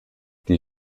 die